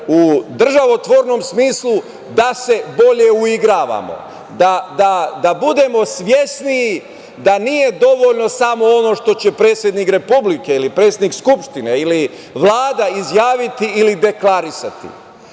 u državotvornom smislu da se bolje uigravamo, da budemo svesniji da nije dovoljno samo ono što će predsednik Republike ili predsednik Skupštine ili Vlada izjaviti ili deklarisati,